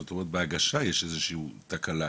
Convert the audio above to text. זאת אומרת, בהגשה יש איזושהי תקלה?